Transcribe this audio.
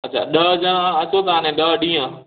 अछा ॾह ॼणा अचो था अने ॾह ॾींहं